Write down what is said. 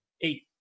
eight